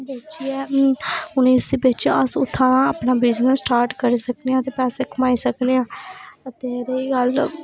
उ'नेंगी बेची अस उत्थूं अपना बिजनस स्टार्ट करी सकने आं ते पैसे कमाई सकने आं ते रेही गल्ल